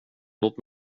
låt